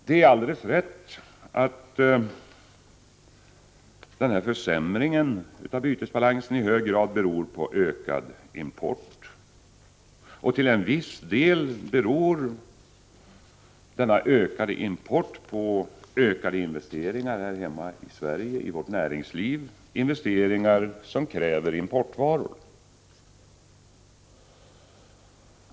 Det är alldeles rätt att försämringen av bytesbalansen i hög grad beror på ökad import, och till en viss del beror denna ökade import på ökade investeringar i vårt näringsliv, investeringar som kräver importvaror.